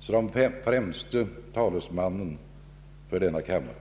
som den främste talesmannen för denna kammare.